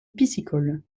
piscicole